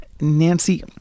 Nancy